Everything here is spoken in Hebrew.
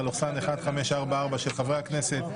(פ/1544/24), של חברי הכנסת